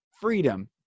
freedom